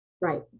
Right